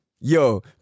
yo